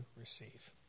receive